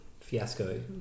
fiasco